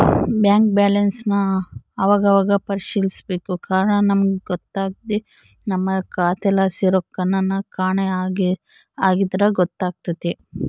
bank ಬ್ಯಾಲನ್ಸನ್ ಅವಾಗವಾಗ ಪರಿಶೀಲಿಸ್ಬೇಕು ಕಾರಣ ನಮಿಗ್ ಗೊತ್ತಾಗ್ದೆ ನಮ್ಮ ಖಾತೆಲಾಸಿ ರೊಕ್ಕೆನನ ಕಾಣೆ ಆಗಿದ್ರ ಗೊತ್ತಾತೆತೆ